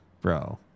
bro